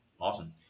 Awesome